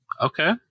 Okay